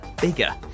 bigger